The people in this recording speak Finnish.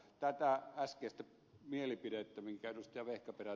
tästä äskeisestä mielipiteestä minkä ed